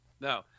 No